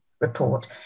report